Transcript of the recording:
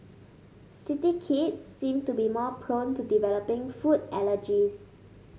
city kids seem to be more prone to developing food allergies